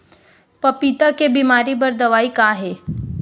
पपीता के बीमारी बर दवाई का हे?